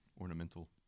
ornamental